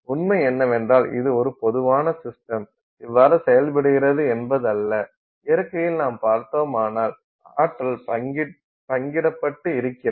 உண்மை என்னவென்றால் இது ஒரு பொதுவான சிஸ்டம் இவ்வாறு செயல்படுகிறது என்பதல்ல இயற்கையில் நாம் பார்த்தோமானால் ஆற்றல் பங்கிடப்பட்டு இருக்கிறது